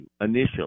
initially